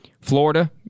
Florida